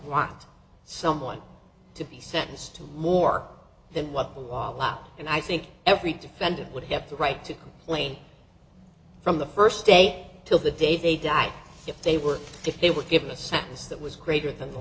want someone to be sentenced to more than what the law law and i think every defendant would have the right to play from the first day till the day they die if they were if they were given a sentence that was greater than